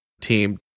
team